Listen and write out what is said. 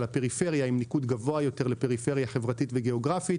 הפריפריה עם ניקוד גבוה יותר לפריפריה חברתית וגאוגרפית